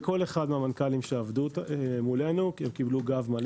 כל אחד מהמנכ"לים שעבדו מולנו קיבלו גב מלא.